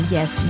Yes